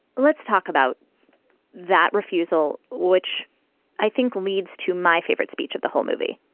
let's talk about that refusal, which i think leads to my favorite speech of the whole movie,